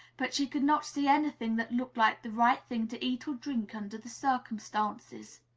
but she could not see anything that looked like the right thing to eat or drink under the circumstances.